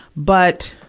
but,